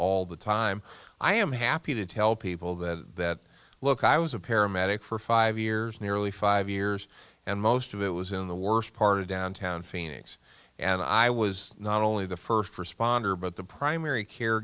all the time i am happy to tell people that look i was a paramedic for five years nearly five years and most of it was in the worst part of downtown phoenix and i was not only the first responder but the primary care